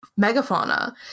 megafauna